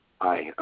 Hi